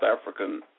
African